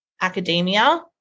academia